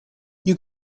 you